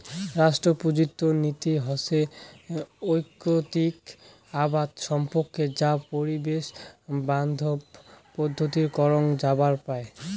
রাষ্ট্রপুঞ্জত নীতি হসে ঐক্যিকৃত আবাদ সম্পর্কে যা পরিবেশ বান্ধব পদ্ধতিত করাং যাবার পায়